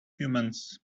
humans